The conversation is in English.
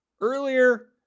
earlier